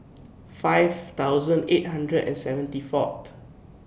five thousand eight hundred and seventy four